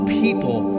people